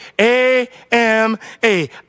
A-M-A